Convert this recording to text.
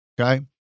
Okay